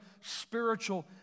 spiritual